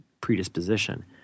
predisposition